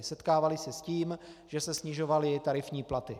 Setkávali se s tím, že se snižovaly tarifní platy.